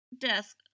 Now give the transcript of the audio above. desk